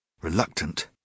reluctant